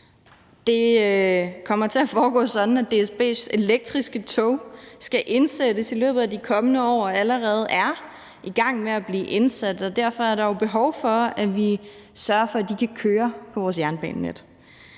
Det kommer til at foregå sådan, at DSB's elektriske tog skal indsættes i løbet af de kommende år og allerede er ved at blive indsat, og derfor er der jo behov for, at vi sørger for, at de kan køre på vores jernbanenet.